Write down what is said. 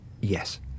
yes